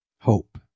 hope